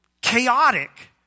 chaotic